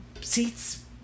seats